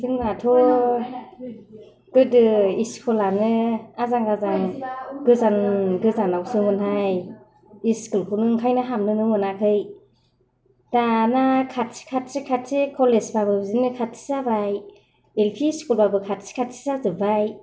जोंनाथ' गोदो स्कुल आनो आजां गाजां गोजान गोजानावसोमोनहाय स्कुल खौनो ओंखायनो हाबनोनो मोनाखै दाना खाथि खाथि खाथि कलेज बाबो बिदिनो खाथि जाबाय एलपि स्कुल बाबो खाथि खाथि जाजोबबाय